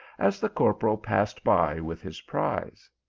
as the corporal passed by with his prize.